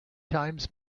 times